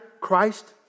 Christ